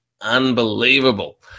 unbelievable